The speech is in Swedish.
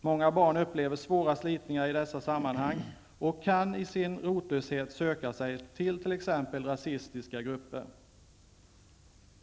Många barn upplever svåra slitningar i dessa sammanhang och kan i sin rotlöshet söka sig till t.ex. rasistiska grupper.